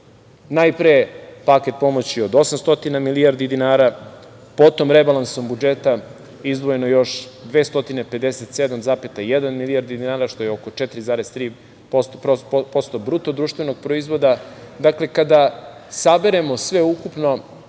najpre paket pomoći od 800 milijardi dinara, potom, rebalansom budžeta izdvojeno je još 257,1 milijarda dinara, što je oko 4,3% BDP. Dakle, kada saberemo sve ukupno